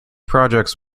projects